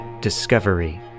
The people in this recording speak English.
discovery